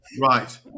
Right